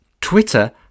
Twitter